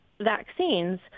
vaccines